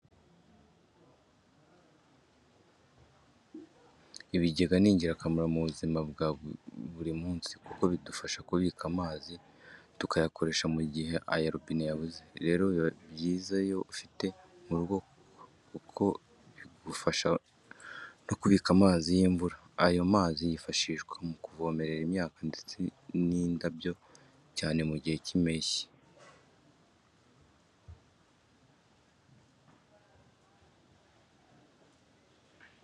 Ibigega ni ingirakamaro mu buzima bwa buri munsi, kuko bidufasha kubika amazi tukayakoresha mu gihe aya robine yabuze, rero biba byiza iyo ugifite mu rugo kuko kigufasha no kubika amazi y'imvura. Ayo mazi yifashishwa mukuvomerera imyaka ndetse n'indabyo, cyane mu gihe cy'imbeshyi.